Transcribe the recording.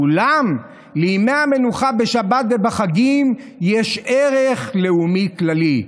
אולם לימי המנוחה בשבת ובחגים יש ערך לאומי כללי".